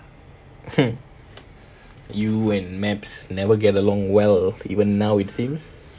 you and maps never get along well even now it seems